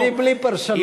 אני בלי פרשנות.